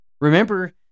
Remember